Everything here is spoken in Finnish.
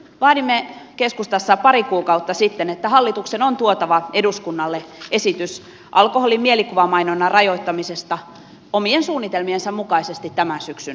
vaadimme keskustassa pari kuukautta sitten että hallituksen on tuotava eduskunnalle esitys alkoholin mielikuvamainonnan rajoittamisesta omien suunnitelmiensa mukaisesti tämän syksyn aikana